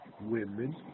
women